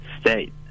state